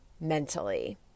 mentally